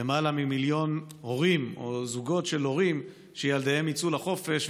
גם למעלה ממיליון הורים או זוגות של הורים שילדיהם יצאו לחופש,